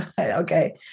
Okay